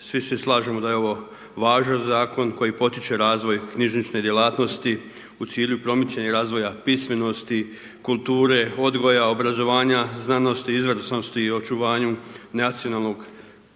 Svi se slažemo da je ovo važan zakon koji potiče razvoj knjižnične djelatnosti u cilju promicanja i razvoja pismenosti, kulture, odgoja, obrazovanja, znanosti, izvrsnosti i očuvanju nacionalnog i